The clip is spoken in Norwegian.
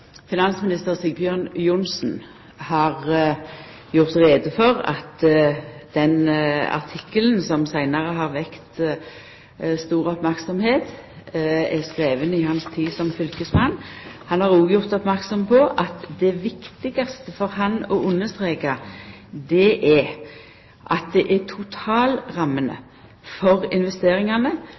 Finansminister Sigbjørn Johnsen har gjort greie for at den artikkelen som seinare har vekt stor merksemd, er skriven i hans tid som fylkesmann. Han har òg gjort merksam på at det viktigaste for han er å understreka at det er totalramma for investeringane